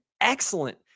excellent